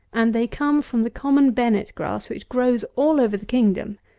and they come from the common bennet grass, which grows all over the kingdom,